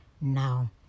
now